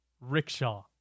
rickshaw